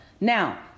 Now